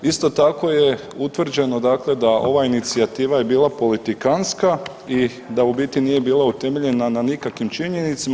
Isto tako je utvrđeno dakle da ova inicijativa je bila politikantska i da u biti nije bila utemeljena na nikakvim činjenicama.